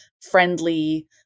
friendly